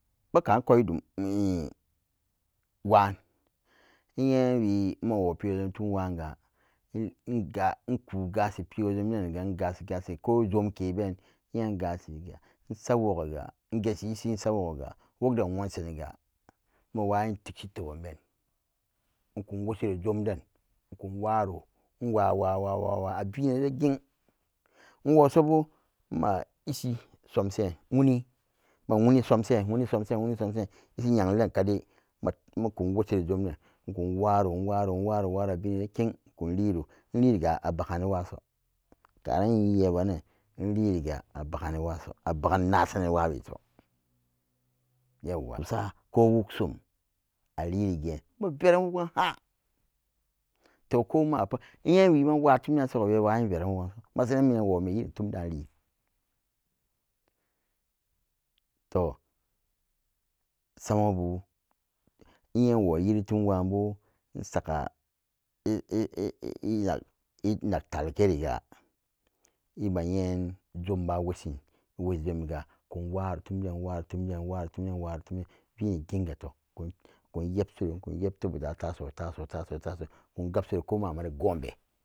Beka'an kwoidum wan nye wii-ma wo pigo-jom tum wa'anga nga nku-gashi pigo- jom denniga ngashi-gashi ko jomke ben ye ngashiriga nsak wokgiga ngesi-isi nsak wokgiga nsak wokgiga ngesi-isi nsak wokgiga wok-den wonseniga mawayin tiksi teban-ben nkun woshiro-jom den nkun aro nwa wa-wa-wa-wa nwoso bo ma-isi somsen- nwuni ma nwuni somsen, nwuni somsen, nwuni-somsen, ishi yengli den kadai nkun woshiro jomden nkun waro, nwaro, nwaro, nwaro nkun liro inliriga abagniwaso ka'en yebban-nan inliriga abagniwaso abagn-nosan iwaweso yauwa wuk-susa ko wuksum a'liri geen ma'veran wugan ha'an. To ko ma'pat, nye-wiima inwa tumdasoga wii'awawin veran wuganso masara nan minan wome irin tamdalien toh samabu nye inwo yiri tum wa'an bo inasa inag talgeriga ima'en jomba woshini, inwoshi sommiga inkun waro tumden inwaro tumden, inwaro tumden, inwaro tumden, vini ginga. inkun yebshiro inkun yebtebo da'taso, taso, taso, taso inkun gabshiro ko mama i'gombe.